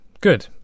Good